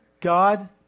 God